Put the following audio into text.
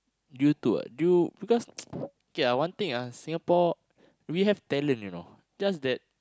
you too what you because okay one thing Singapore we have talent you know just that